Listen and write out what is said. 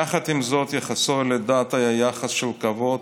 יחד עם זאת יחסו לדת היה יחס של כבוד,